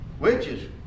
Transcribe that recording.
Witches